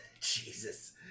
Jesus